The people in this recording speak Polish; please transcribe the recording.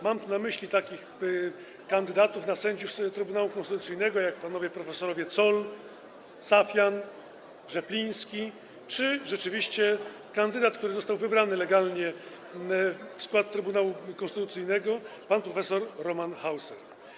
Mam tu na myśli takich kandydatów na sędziów Trybunału Konstytucyjnego jak panowie profesorowie Zoll, Safian, Rzepliński czy kandydat, który rzeczywiście został wybrany legalnie w skład Trybunału Konstytucyjnego, pan prof. Roman Hauser.